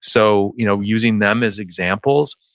so you know using them as examples.